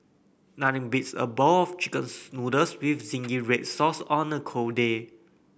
nothing beats a bowl of chicken noodles with zingy red sauce on a cold day